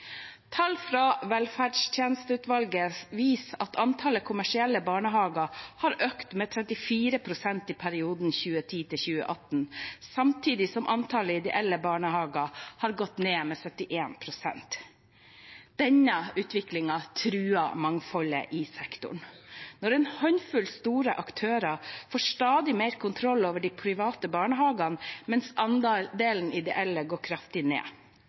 Tall fra velferdstjenesteutvalget viser at antallet kommersielle barnehager har økt med 34 pst. i perioden 2010–2018, samtidig som antallet ideelle barnehager har gått ned med 71 pst. Denne utviklingen truer mangfoldet i sektoren – når en håndfull store aktører får stadig mer kontroll over de private barnehagene, mens andelen ideelle går kraftig ned.